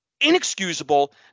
Inexcusable